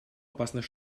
опасный